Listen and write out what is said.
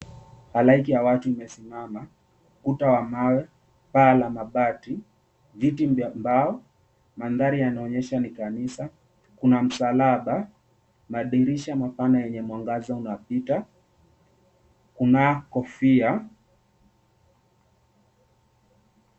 Halaiki ya watu imesimama ukuta wa mawe, paa la mabati, viti vya mbao mandhari yanaonyesha ni kanisa kuna msalaba madirisha mapana yenye mwangaza unapita kuna kofia.